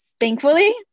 Thankfully